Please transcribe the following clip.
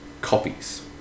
copies